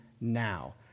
now